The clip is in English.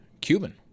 Cuban